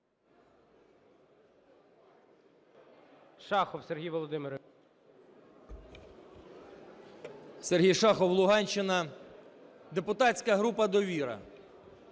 Сергій Шахов, Луганщина, депутатська група "Довіра".